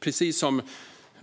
Precis som